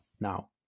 now